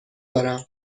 دارم